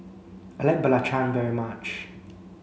I like Belacan very much